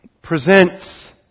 presents